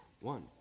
One